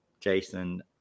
Jason